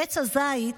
עץ הזית